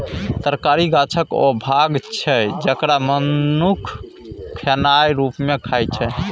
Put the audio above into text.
तरकारी गाछक ओ भाग छै जकरा मनुख खेनाइ रुप मे खाइ छै